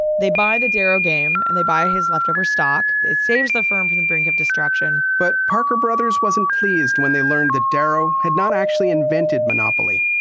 they buy the darrow game, and they buy his leftover stock. it saves the firm from the brink of destruction but parker brothers wasn't pleased when they learned that darrow had not actually invented monopoly.